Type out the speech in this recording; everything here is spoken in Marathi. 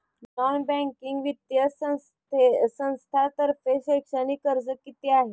नॉन बँकिंग वित्तीय संस्थांतर्फे शैक्षणिक कर्ज किती आहे?